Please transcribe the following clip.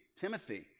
Timothy